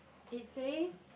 it says